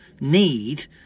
need